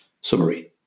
Summary